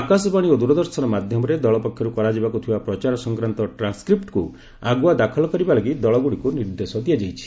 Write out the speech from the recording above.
ଆକାଶବାଣୀ ଓ ଦୂରଦର୍ଶନ ମାଧ୍ୟମରେ ଦଳପକ୍ଷରୁ କରାଯିବାକୁ ଥିବା ପ୍ରଚାର ସଂକ୍ରାନ୍ତ ଟ୍ରାନ୍ସସ୍ରିପ୍ଟକୁ ଆଗୁଆ ଦାଖଲ କରିବା ଲାଗି ଦଳଗୁଡ଼ିକୁ ନିର୍ଦ୍ଦେଶ ଦିଆଯାଇଛି